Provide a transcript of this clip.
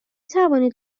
توانید